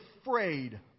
afraid